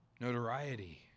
notoriety